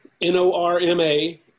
N-O-R-M-A